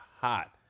hot